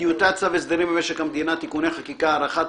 "טיוטת צו הסדרים במשק המדינה (תיקוני חקיקה) (הארכת